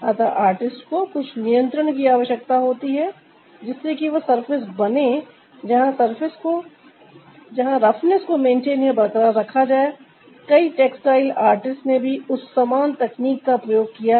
अतः आर्टिस्ट को कुछ नियंत्रण की आवश्यकता होती है जिससे कि वह सरफेस बने जहां रफनेस को मेंटेन या बरकरार रखा जाए कई टेक्सटाइल आर्टिस्ट ने भी उस समान तकनीक का प्रयोग किया है